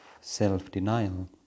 self-denial